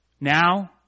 Now